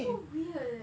so weird leh